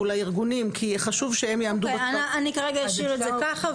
לארגונים כי חשוב שהם יעמדו --- אוקיי אני כרגע אשאיר את זה ככה.